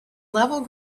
level